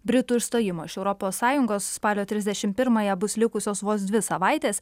britų išstojimo iš europos sąjungos spalio trisdešimt pirmąją bus likusios vos dvi savaitės